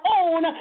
own